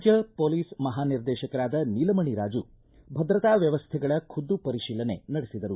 ರಾಜ್ಯ ಪೊಲೀಸ್ ಮಹಾ ನಿರ್ದೇಶಕರಾದ ನೀಲಮಣಿ ರಾಜು ಭದ್ರತಾ ವ್ಯವಸ್ಥೆಗಳ ಖುದ್ದು ಪರಿಶೀಲನೆ ನಡೆಸಿದರು